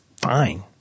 fine